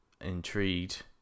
Intrigued